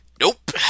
Nope